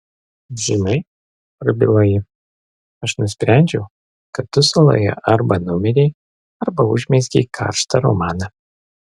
žinai prabilo ji aš nusprendžiau kad tu saloje arba numirei arba užmezgei karštą romaną